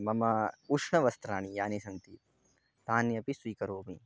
मम उष्णवस्त्राणि यानि सन्ति तानि अपि स्वीकरोमि